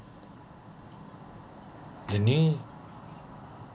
the new